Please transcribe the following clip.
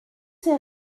ces